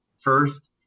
first